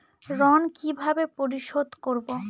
ঋণ কিভাবে পরিশোধ করব?